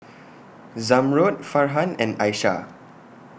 Zamrud Farhan and Aishah